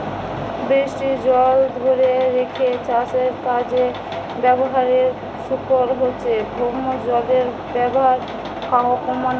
বৃষ্টির জল ধোরে রেখে চাষের কাজে ব্যাভারের সুফল হচ্ছে ভৌমজলের ব্যাভার কোমানা